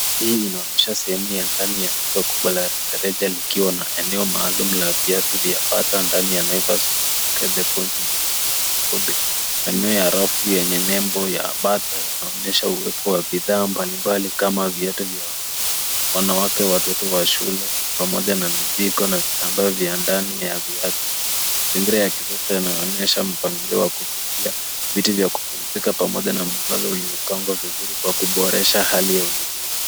Hii inaonyesha sehemu ya ndani ya duka kubwa la rejareja likiwa na eneo maalum la viatu vya bata ndani ya Naivas Food Market The Point Buruburu, Nairobi. Maneno ya rafu yenye nembo ya bata yanaonyesha uwepo wa bidhaa mbalimbali kama viatu vya wanaume, wanawake, watoto wa shule pamoja na mizigo na vitambaa vya ndani ya viatu. Mazingira ya kisasa yanaonyesha mpangilio wa kufifia, viti vya kupumzika pamoja na mabango yaliyopangwa vizuri kwa kuboresha hali ya ununuzi.